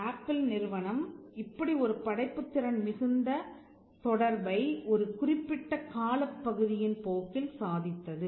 apple நிறுவனம் இப்படி ஒரு படைப்புத் திறன் மிகுந்த தொடர்பை ஒரு குறிப்பிட்ட காலப் பகுதியின் போக்கில் சாதித்தது